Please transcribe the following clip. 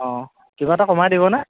অঁ কিবা এটা কমাই দিবনে